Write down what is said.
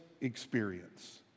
experience